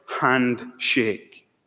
handshake